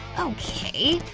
okay,